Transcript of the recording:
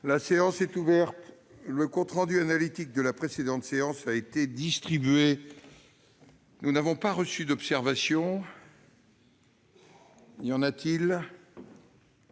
La séance est ouverte. Le compte rendu analytique de la précédente séance a été distribué. Il n'y a pas d'observation ?